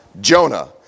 Jonah